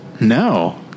no